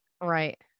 right